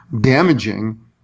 damaging